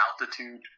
altitude